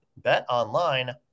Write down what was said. Betonline